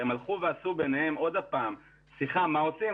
הם הלכו ועשו ביניהם שיחה נוספת על מה עושים,